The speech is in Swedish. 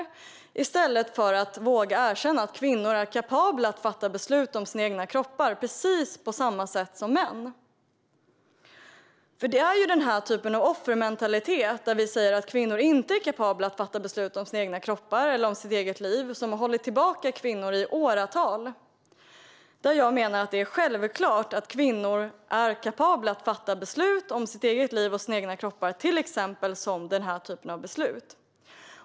Man gör detta i stället för att våga erkänna att kvinnor är kapabla att fatta beslut om sin kropp på precis samma sätt som män. Det är denna typ av offermentalitet - där vi säger att kvinnor inte är kapabla att fatta beslut om sin egen kropp eller om sitt eget liv - som har hållit tillbaka kvinnor i åratal. Jag menar att det är självklart att kvinnor är kapabla att fatta beslut om sitt eget liv och sin egen kropp - till exempel denna typ av beslut.